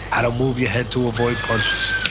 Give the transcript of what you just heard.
how to move your head to avoid punches,